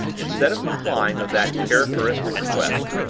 instead of complying with that characteristic request,